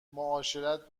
معاشرت